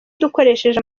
dukoresheje